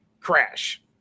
crash